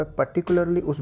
particularly